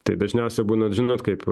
tai dažniausia būna žinot kaip